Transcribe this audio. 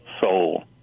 soul